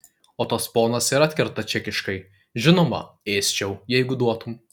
o tas ponas ir atkerta čekiškai žinoma ėsčiau jeigu duotum